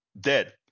dead